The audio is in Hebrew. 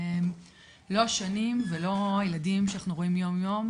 לא השנים ולא הילדים שאנחנו רואים יום יום,